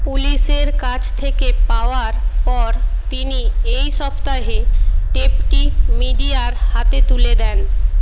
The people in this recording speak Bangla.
পুলিশের কাছ থেকে পাওয়ার পর তিনি এই সপ্তাহে টেপটি মিডিয়ার হাতে তুলে দেন